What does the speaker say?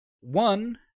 one